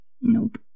Nope